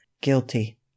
guilty